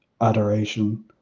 adoration